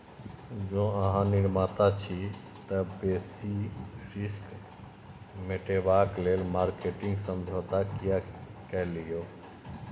जौं अहाँ निर्माता छी तए बेसिस रिस्क मेटेबाक लेल मार्केटिंग समझौता कए लियौ